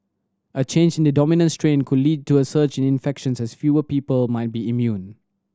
a change in the dominant strain could lead to a surge in infections as fewer people might be immune